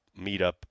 meetup